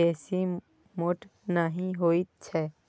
बेसी मोट नहि होइत छै